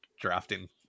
drafting